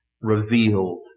revealed